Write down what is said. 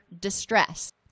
distress